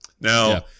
Now